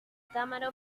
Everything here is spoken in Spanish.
cámara